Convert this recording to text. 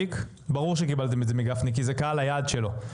ברור שקיבלתם את זה מגפני כי זה קהל היעד שלו,